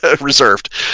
reserved